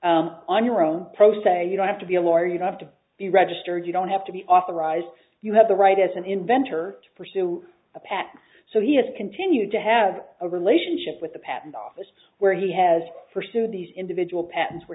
patent on your own pro se you don't have to be a lawyer you have to be registered you don't have to be authorized you have the right as an inventor to pursue a path so he has continued to have a relationship with the patent office where he has pursued these individual patents where